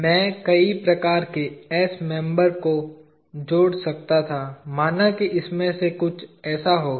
मैं कई प्रकार के s मेंबर्स को जोड़ सकता था माना कि इसमें कुछ ऐसा होगा